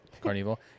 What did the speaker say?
Carnival